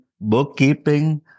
bookkeeping